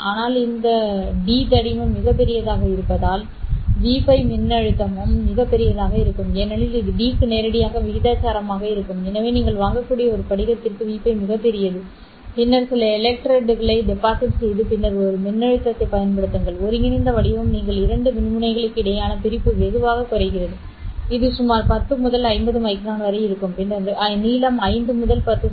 ஆனால் இந்த d தடிமன் மிகப் பெரியதாக இருப்பதால் Vπ மின்னழுத்தமும் மிகப் பெரியதாக இருக்கும் ஏனெனில் இது d க்கு நேரடியாக விகிதாசாரமாக இருக்கும் எனவே நீங்கள் வாங்கக்கூடிய ஒரு படிகத்திற்கு Vπ மிகப் பெரியது பின்னர் சில எலக்ட்ரெட்களை டெபாசிட் செய்து பின்னர் ஒரு மின்னழுத்தத்தைப் பயன்படுத்துங்கள் ஒருங்கிணைந்த வடிவம் நீங்கள் இரண்டு மின்முனைகளுக்கிடையேயான பிரிப்பு வெகுவாகக் குறைக்கிறது இது சுமார் 10 முதல் 50 மைக்ரான் வரை இருக்கும் பின்னர் நீளம் 5 முதல் 10 செ